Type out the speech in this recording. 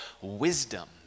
wisdom